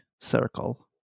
circle